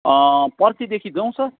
पर्सिदेखि जाउँ सर